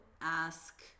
ask